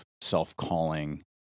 self-calling